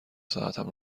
ساعتم